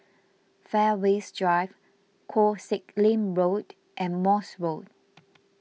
Fairways Drive Koh Sek Lim Road and Morse Road